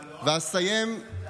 ואסיים,